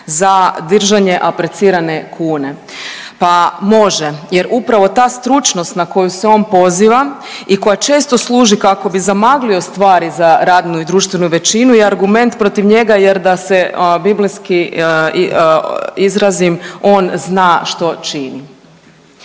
za držanje aprecirane kune. Pa može jer upravo ta stručnost na koju se on poziva i koja često služi kako bi zamaglio stvari za radnu i društvenu većinu i argument protiv njega jer, da se biblijski izrazim, on zna što čini.